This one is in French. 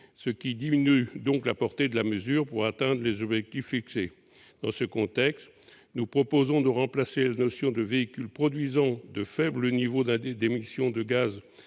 ce qui diminue donc la portée de la mesure pour atteindre les objectifs fixés. Dans ce contexte, nous proposons de remplacer la notion de « véhicules produisant de faibles niveaux d'émissions de gaz